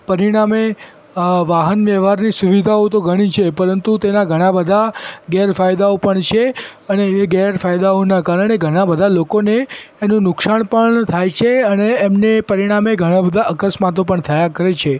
પરિણામે અ વાહન વ્યવહારની સુવિધાઓ તો ઘણી છે પરંતુ તેના ઘણા બધા ગેરફાયદાઓ પણ છે અને એ ગેરફાયદાઓના કારણે ઘણા બધા લોકોને એનું નુકસાન પણ થાય છે અને એમને પરીણામે ઘણા બધા અકસ્માતો પણ થયા કરે છે